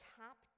top